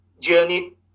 journey